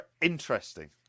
Interesting